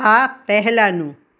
આ પહેલાંનું